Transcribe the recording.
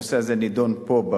הנושא הזה נדון פה,